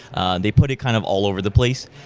and they put it kind of all over the place.